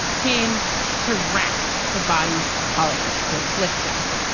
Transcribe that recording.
came to rack the body politic to afflict us.